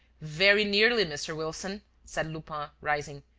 very nearly, mr. wilson, said lupin, rising,